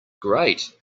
great